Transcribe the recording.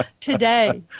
today